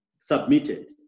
submitted